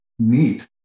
neat